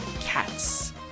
cats